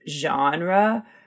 genre